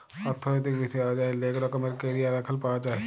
অথ্থলৈতিক বিষয়ে অযায় লেক রকমের ক্যারিয়ার এখল পাউয়া যায়